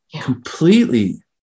completely